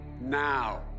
now